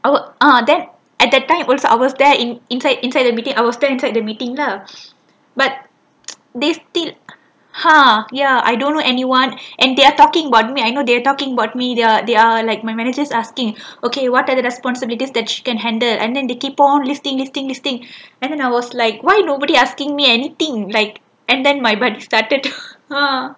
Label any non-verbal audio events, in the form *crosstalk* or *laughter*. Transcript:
ah then at that time also I was there in inside inside the meeting I was there inside the meeting lah but *noise* they still !huh! ya I don't know anyone and they are talking about me I know they are talking about me they they are like my manager asking okay what are the responsibilities that she can handle and then they keep on listing listing listing then I was like why nobody asking me anything like and then my work started eh